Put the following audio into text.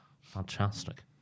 Fantastic